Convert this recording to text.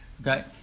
Okay